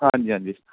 ਹਾਂਜੀ ਹਾਂਜੀ